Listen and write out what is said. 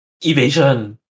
evasion